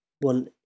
one